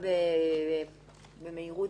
במהירות.